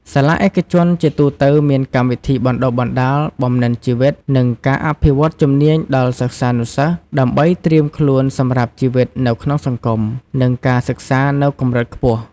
សាលាឯកជនជាទូទៅមានកម្មវិធីបណ្តុះបណ្តាលបំណិនជីវិត និងការអភិវឌ្ឍន៍ជំនាញដល់សិស្សានុសិស្ស ដើម្បីត្រៀមខ្លួនសម្រាប់ជីវិតនៅក្នុងសង្គម និងការសិក្សានៅកម្រិតខ្ពស់។